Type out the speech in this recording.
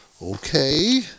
Okay